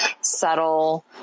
subtle